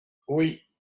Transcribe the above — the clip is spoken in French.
oui